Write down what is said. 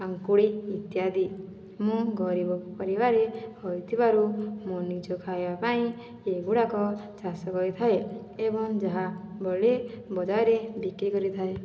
କାଙ୍କୁଳି ଇତ୍ୟାଦି ମୁଁ ଗରିବ ପରିବାରରେ ହୋଇଥିବାରୁ ମୁଁ ନିଜ ଖାଇବା ପାଇଁ ଏଗୁଡ଼ାକ ଚାଷ କରିଥାଏ ଏବଂ ଯାହା ବଳେ ବଜାରରେ ବିକ୍ରି କରିଥାଏ